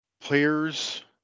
players